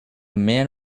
man